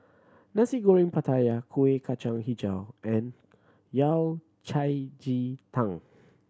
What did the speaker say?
Nasi Goreng Pattaya Kuih Kacang Hijau and Yao Cai ji tang